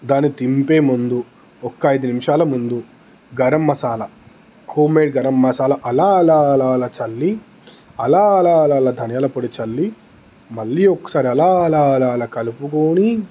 దాన్ని దింపే ముందు ఒక్క ఐదు నిముషాల ముందు గరం మసాల హోం మేడ్ గరం మసాల అలా అలా అలా అలా చల్లీ అలా అలా అలా అలా ధనియాల పొడి చల్లీ మళ్ళీ ఒకసారి అలా అలా అలా అలా కలుపుకొని